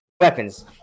weapons